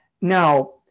Now